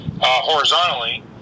horizontally